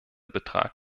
betrag